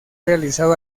realizado